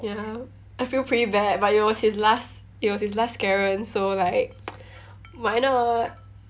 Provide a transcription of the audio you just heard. ya I feel pretty bad but it was his last it was his last scarer so like why not